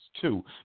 two